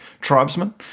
tribesmen